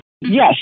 yes